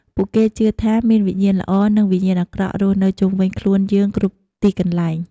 ពួកគេជឿថាមានវិញ្ញាណល្អ និងវិញ្ញាណអាក្រក់រស់នៅជុំវិញខ្លួនយើងគ្រប់ទីកន្លែង។